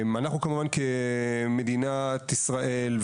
אנחנו כמובן כמדינת ישראל,